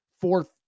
fourth